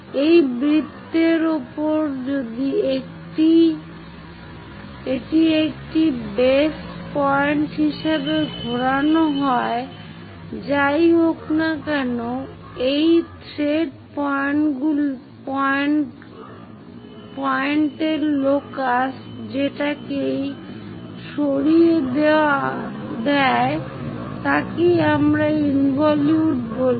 সেই বৃত্তের উপর যদি এটি একটি বেস পয়েন্ট হিসাবে ঘোরানো হয় যাই হোক না কেন এই থ্রেড এন্ডপয়েন্টের লোকাস যেটাকেই সরিয়ে দেয় তাকেই আমরা ইনভলিউট বলি